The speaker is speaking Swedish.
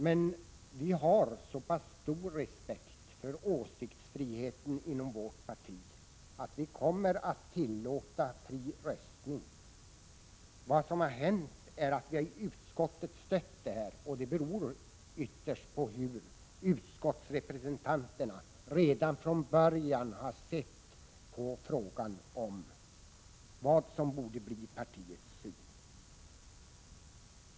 Men vi har så stor respekt för åsiktsfriheten inom vårt parti att vi kommer att tillåta fri röstning. Vi har i utskottet stött majoriteten, och det beror på att våra utskottsrepresentanter redan från början utgått från den linje som partiet nu har i denna fråga.